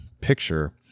picture